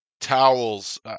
towels